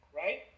right